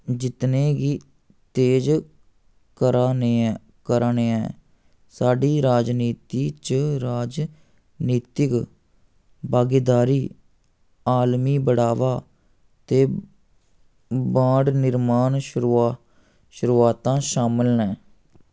जितने गी तेज करा ने करा ने ऐं साढ़ी राजनीति च राजनीतिक भागेदारी आलमी बढ़ावा ते बाढ़ निर्माण शुरू शुरुआतां शामल न